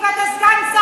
אני לא מתבייש.